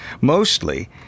Mostly